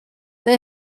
they